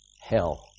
hell